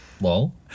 Lol